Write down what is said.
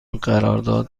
قرارداد